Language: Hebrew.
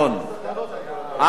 אמנון,